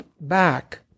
back